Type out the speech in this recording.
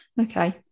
Okay